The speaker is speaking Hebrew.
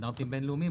סטנדרטים בין-לאומיים,